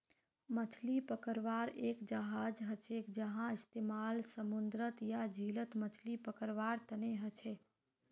मछली पकड़वार एक जहाज हछेक जहार इस्तेमाल समूंदरत या झीलत मछली पकड़वार तने हछेक